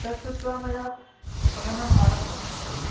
तत् श्रुत्वा मया पठनम् आरब्धम्